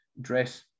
dress